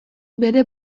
bere